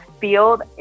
field